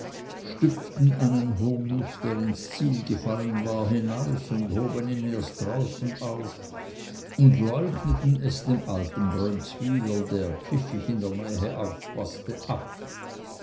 stüpften einen hurnuß der ins ziel gefallen war hinaus und hoben ihn erst draußen auf und leugneten es dem alten brönzwyler der pfiffig in der nähe aufpaßte ab